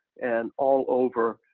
and all over.